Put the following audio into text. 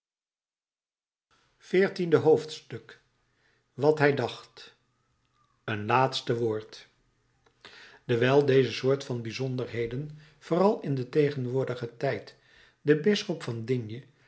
veertiende hoofdstuk wat hij dacht een laatste woord dewijl deze soort van bijzonderheden vooral in den tegenwoordigen tijd den bisschop van digne